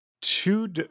two